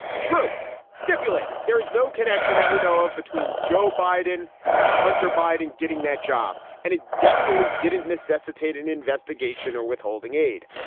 true stipulated. there is no connection that we know of between joe biden and hunter biden getting that job. and it definitely didn't necessitate an investigation or withholding aid.